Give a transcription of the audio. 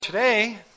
Today